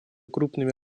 крупными